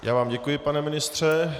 Já vám děkuji, pane ministře.